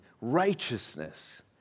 righteousness